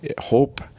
hope